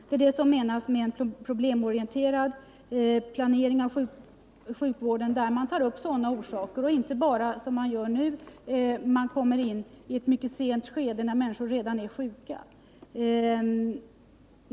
Med en problemorienterad planering av sjukvården menas alltså att man tar med också sådana faktorer och inte som nu nöjer sig med att komma in i ett mycket sent skede, nämligen när människor redan är sjuka.